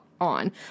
on